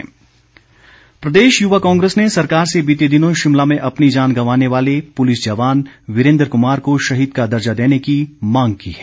युवा कांग्रेस प्रदेश युवा कांग्रेस ने सरकार से बीते दिनों शिमला में अपनी जान गंवाने वाले पुलिस जवान वीरेन्द्र क्मार को शहीद का दर्जा देने की मांग की है